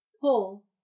pull